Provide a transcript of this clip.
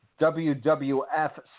WWF